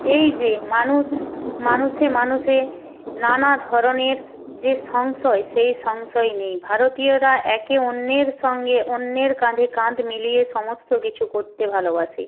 এই যে মানুষ মানুষে মানুষে নানা ধরনের যে সংশয় সেই সংশয় নেই ভারতীয়রা একে অন্যের সঙ্গে অন্যের কাঁধে কাঁধ মিলিয়ে সমস্ত কিছু করতে ভালোবাসে